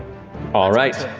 all right.